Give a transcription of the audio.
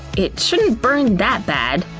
it shouldn't burn that bad!